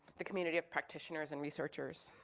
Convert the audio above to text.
the community of practitioners and researcher.